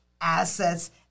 assets